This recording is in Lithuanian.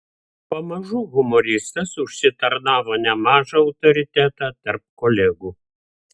pamažu humoristas užsitarnavo nemažą autoritetą tarp kolegų